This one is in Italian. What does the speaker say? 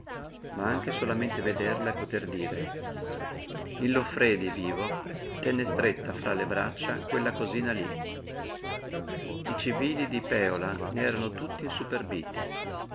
ma anche solamente vederla e poter dire il loffredi vivo tenne stretta fra le braccia quella cosina lí i civili di pèola ne erano tutti insuperbiti